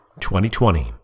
2020